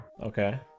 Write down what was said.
Okay